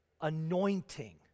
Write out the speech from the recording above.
anointing